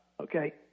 Okay